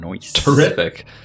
terrific